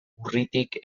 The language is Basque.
urritik